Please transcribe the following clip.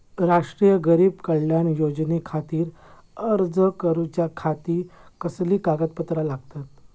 राष्ट्रीय गरीब कल्याण योजनेखातीर अर्ज करूच्या खाती कसली कागदपत्रा लागतत?